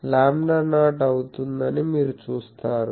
454 lambda naught అవుతుందని మీరు చూస్తారు